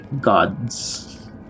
gods